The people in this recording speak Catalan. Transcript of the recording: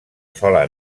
sola